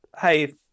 Hey